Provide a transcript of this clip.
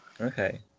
Okay